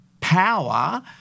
power